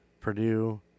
Purdue